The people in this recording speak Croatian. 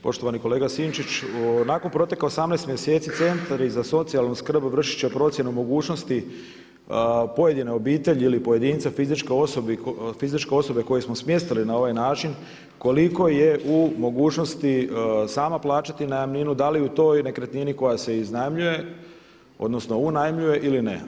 Poštovani kolega Sinčić, nakon proteka 18 mjeseci centri za socijalnu skrb vršit će procjenu mogućnosti pojedine obitelji, ili pojedinca, fizičke osobe koje smo smjestili na ovaj način koliko je u mogućnosti sama plaćati najamninu, da li u toj nekretnini koja se iznajmljuje, odnosno unajmljuje ili ne.